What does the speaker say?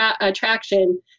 attraction